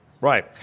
Right